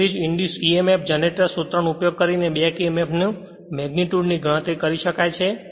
તેથી જ induce Emf જનરેટરના સૂત્રનો ઉપયોગ કરીને બેક emf ની મેગ્નીટ્યુડ ની ગણતરી કરી શકાય છે